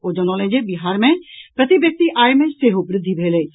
ओ जनौलनि जे बिहार मे प्रति व्यक्ति आय मे सेहो वृद्धि भेल अछि